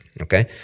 Okay